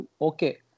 okay